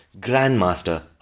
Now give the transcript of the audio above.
Grandmaster